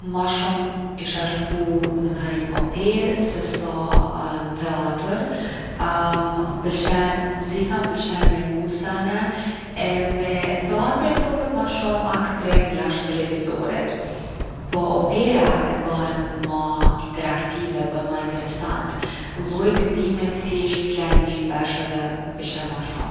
Ma shumë isha shku në naj operë se sa n’teatër. m’pëlqen muzika, m’pëlqen me n’gu sene edhe teatri m’doket ma shumë aktrim jashtë televizorit. Po opera e bon ma interaktive, ma interesant. Lloji i këndimit thjesht’ flen mirë n’vesh edhe m’pëlqen ma shumë.